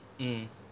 mm